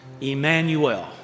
Emmanuel